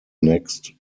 next